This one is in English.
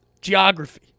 Geography